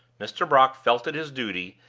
mr. brock felt it his duty,